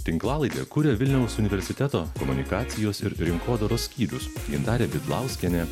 tinklalaidę kuria vilniaus universiteto komunikacijos ir rinkodaros skyrius gintarė bidlauskienė